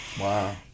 Wow